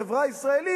את החברה הישראלית,